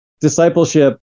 discipleship